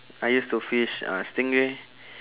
I used to fish uh stingray